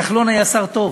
כחלון היה שר טוב,